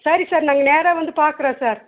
சரி சார் நாங்கள் நேராக வந்து பார்க்குறோம் சார்